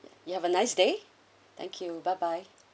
you have a nice day thank you bye bye